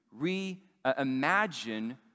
reimagine